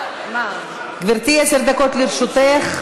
גברתי, עשר דקות לרשותך.